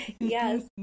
Yes